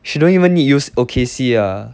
she don't even need use okay see ah